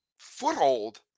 foothold